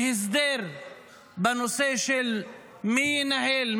להסדר בנושא של מי ינהל,